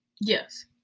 Yes